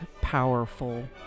powerful